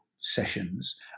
sessions